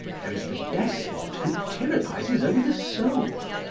there is the despot who tyrannises over the soul.